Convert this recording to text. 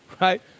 right